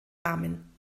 namen